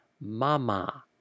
MAMA